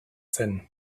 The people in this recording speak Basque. zen